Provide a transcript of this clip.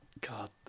God